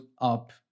up